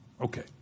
Okay